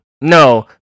no